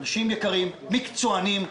אנשים יקרים, מקצוענים,